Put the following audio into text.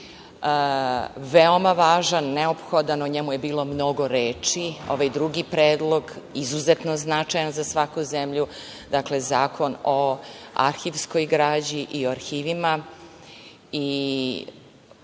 je veoma važan, neophodan, o njemu je bilo mnogo reči. Ovaj drugi predlog izuzetno značajan za svaku zemlju, dakle Zakon o arhivskoj građi i o arhivima, i